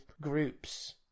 groups